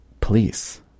police